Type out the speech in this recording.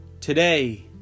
today